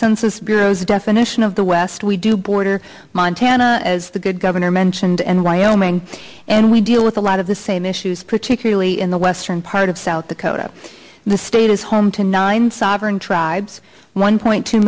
census bureau's definition of the west we do border montana as the good governor mentioned and wyoming and we deal with a lot of the same issues particularly in the western part of south dakota the state is home to nine sovereign tribes one point two